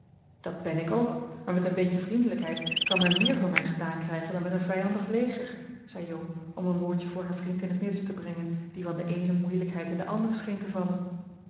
dat ben ik ook maar met een beetje vriendelijkheid kan men meer van mij gedaan krijgen dan met een vijandig leger zei jo om een woordje voor haar vriend in het midden te brengen die van de eene moeilijkheid in de andere scheen te vervallen